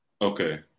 Okay